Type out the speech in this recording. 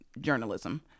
journalism